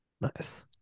Nice